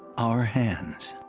our hands.